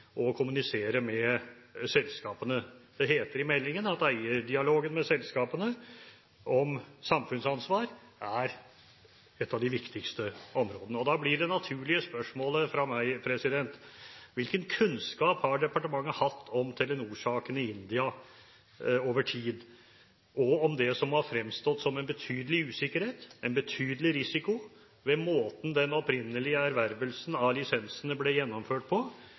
med selskapene. Det heter i meldingen at eierdialogen med selskapene om samfunnsansvar er et av de viktigste områdene. Da blir de naturlige spørsmålene fra meg: Hvilken kunnskap har departementet hatt om Telenor-saken i India over tid, om det som har fremstått som en betydelig usikkerhet og en betydelig risiko ved måten den opprinnelige ervervelsen av lisensene ble gjennomført på?